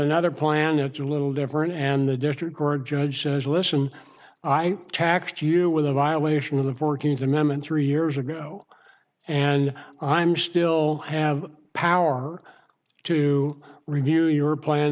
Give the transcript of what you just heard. another planets a little different and the district court judge says listen i tax you with a violation of the fourteenth amendment three years ago and i'm still have power to review your plan